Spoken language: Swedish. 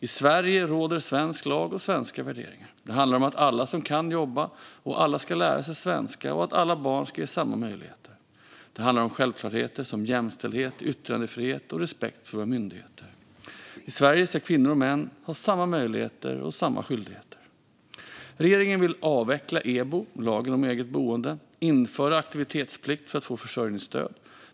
I Sverige råder svensk lag och svenska värderingar. Det handlar om att alla som kan ska jobba, om att alla ska lära sig svenska och om att alla barn ska ges samma möjligheter. Det handlar om självklarheter som jämställdhet, yttrandefrihet och respekt för våra myndigheter. I Sverige ska kvinnor och män ha samma möjligheter och samma skyldigheter. Regeringen vill avveckla EBO, alltså lagen om eget boende, och införa aktivitetsplikt för att få försörjningsstöd.